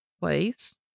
place